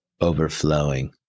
overflowing